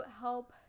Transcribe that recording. help